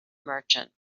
merchant